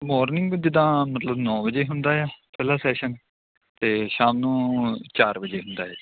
morning ਜਿੱਦਾਂ ਮਤਲਬ ਨੌ ਵਜੇ ਹੁੰਦਾ ਆ ਪਹਿਲਾ ਸੈਸ਼ਨ ਅਤੇ ਸ਼ਾਮ ਨੂੰ ਚਾਰ ਵਜੇ ਹੁੰਦਾ ਹੈ